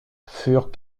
furent